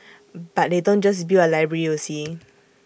but they don't just build A library you see